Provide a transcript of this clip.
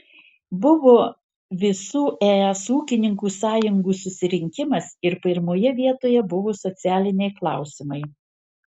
buvo visų es ūkininkų sąjungų susirinkimas ir pirmoje vietoje buvo socialiniai klausimai